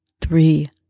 three